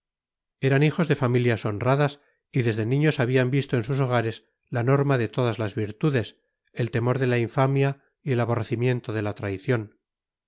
eran hijos de familias honradas y desde niños habían visto en sus hogares la norma de todas las virtudes el temor de la infamia y el aborrecimiento de la traición